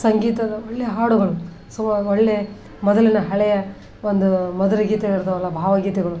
ಸಂಗೀತದ ಒಳ್ಳೆಯ ಹಾಡುಗಳು ಸು ಒಳ್ಳೆಯ ಮೊದಲಿನ ಹಳೆಯ ಒಂದು ಮಧುರಗೀತೆ ಇರ್ತಾವಲ್ಲ ಭಾವಗೀತೆಗಳು